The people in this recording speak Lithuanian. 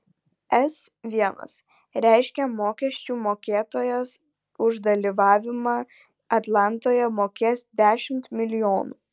s l reiškia mokesčių mokėtojas už dalyvavimą atlantoje mokės dešimt milijonų